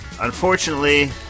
Unfortunately